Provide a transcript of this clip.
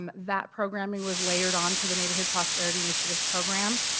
um that programming was layered on to the neighborhood prosperity initiative program.